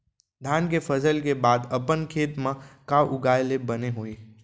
धान के फसल के बाद अपन खेत मा का उगाए ले बने होही?